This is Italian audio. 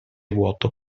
vuoto